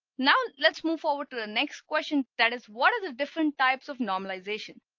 now, let's move forward to the next question that is what are the different types of normalization.